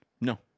No